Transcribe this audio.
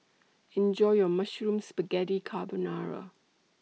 Enjoy your Mushroom Spaghetti Carbonara